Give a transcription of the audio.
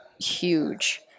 huge